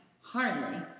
Hardly